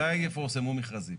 מתי יפורסמו מכרזים?